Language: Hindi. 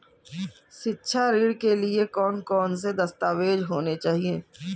शिक्षा ऋण के लिए कौन कौन से दस्तावेज होने चाहिए?